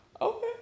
Okay